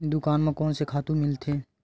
दुकान म कोन से खातु मिलथे?